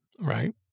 Right